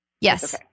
Yes